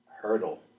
Hurdle